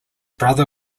brother